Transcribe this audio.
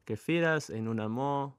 kefyras einu namo